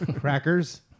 Crackers